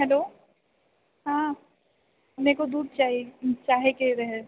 hello हाँ मेको दूध चाही चाहैके रहै